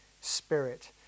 spirit